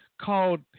called